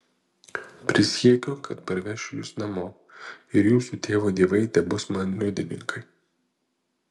prisiekiu kad parvešiu jus namo ir jūsų tėvo dievai tebus man liudininkai